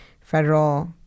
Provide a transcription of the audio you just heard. federal